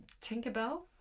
Tinkerbell